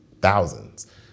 thousands